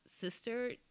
sister